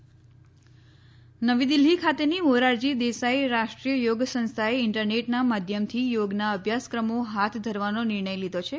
યોગ શિક્ષણ નવી દિલ્ફી ખાતેની મોરારજી દેસાઈ રાષ્ટ્રીય યોગ સંસ્થાએ ઇન્ટરનેટના માધ્યમથી યોગના અભ્યાસક્રમો હાથ ધરવાનો નિર્ણય લીધો છે